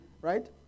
right